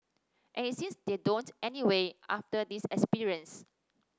and it seems they don't anyway after this experience